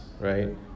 right